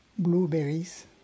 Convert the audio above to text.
blueberries